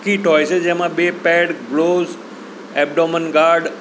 kit હોય છે જેમાં બે પેડ ગ્લોઝ એબડોમન ગાર્ડ